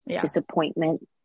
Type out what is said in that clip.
disappointment